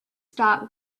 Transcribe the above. stock